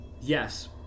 yes